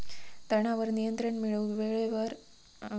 तणावर नियंत्रण मिळवूक वेळेवेळेवर तण नाशकांचो वापर करतत